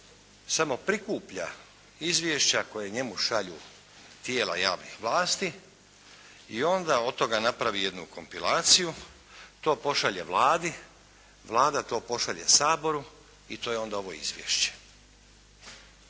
samo prikuplja izvješća koja njemu šalju tijela javnih vlasti i onda od toga napravi jednu kompilaciju, to pošalje Vladi, Vlada to pošalje Saboru i to je onda ovo izvješće.